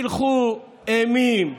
הילכו אימים.